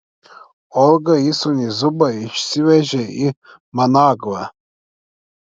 olga įsūnį zubą išsivežė į managvą